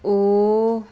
O